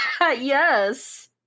Yes